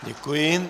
Děkuji.